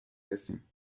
رسیم